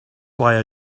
why